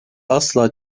asla